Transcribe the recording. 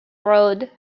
road